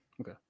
Okay